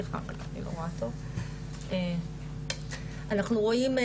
אנחנו רואים,